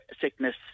sickness